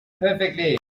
perfectly